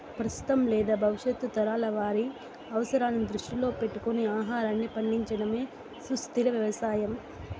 ప్రస్తుతం లేదా భవిష్యత్తు తరాల వారి అవసరాలను దృష్టిలో పెట్టుకొని ఆహారాన్ని పండించడమే సుస్థిర వ్యవసాయం